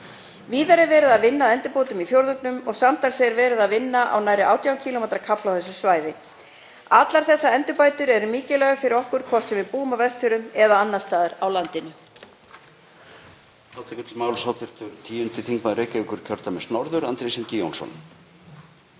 Víðar er verið að vinna að endurbótum í fjórðungnum og samtals er verið að vinna á nærri 18 km kafla á þessu svæði. Allar þessar endurbætur eru mikilvægar fyrir okkur, hvort sem við búum á Vestfjörðum eða annars staðar á landinu.